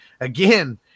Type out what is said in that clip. again